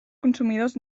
consumidors